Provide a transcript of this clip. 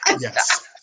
Yes